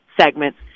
segments